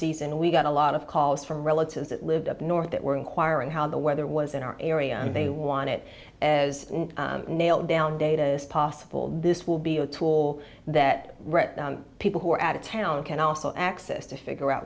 season and we got a lot of calls from relatives that lived up north that were inquiring how the weather was in our area and they want it as nailed down data as possible and this will be a tool that people who are out of town can also access to figure out